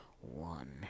One